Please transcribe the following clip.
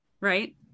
right